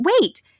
wait